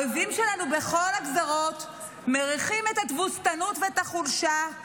האויבים שלנו בכל הגזרות מריחים את התבוסתנות ואת החולשה,